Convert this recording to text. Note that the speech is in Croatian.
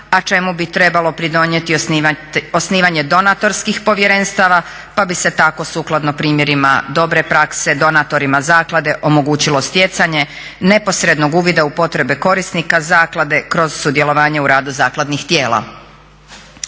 a čemu bi trebalo pridonijeti osnivanje donatorskih povjerenstava pa bi se tako sukladno primjerima dobre prakse, donatorima zaklade omogućilo stjecanje neposrednog uvida u potrebe korisnika zaklade kroz sudjelovanje u radu zakladnih tijela.